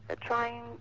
trying